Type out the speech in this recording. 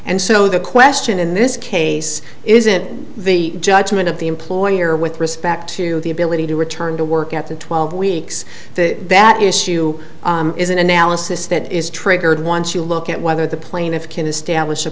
and so the question in this case isn't the judgment of the employer with respect to the ability to return to work at the twelve weeks that that issue is an analysis that is triggered once you look at whether the plaintiffs can establish a